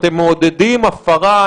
אתם מעודדים הפרה,